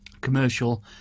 commercial